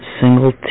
single